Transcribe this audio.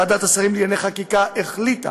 ועדת השרים לענייני חקיקה החליטה